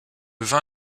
vin